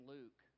Luke